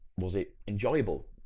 was it enjoyable?